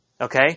Okay